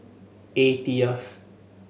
eightieth